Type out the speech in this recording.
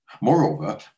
Moreover